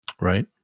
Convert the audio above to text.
Right